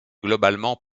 globalement